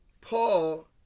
Paul